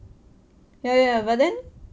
ya ya ya but then